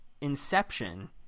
inception